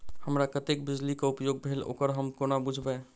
हमरा कत्तेक बिजली कऽ उपयोग भेल ओकर हम कोना बुझबै?